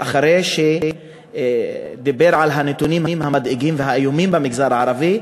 אחרי שדיבר על הנתונים המדאיגים והאיומים במגזר הערבי,